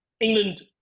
England